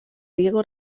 diego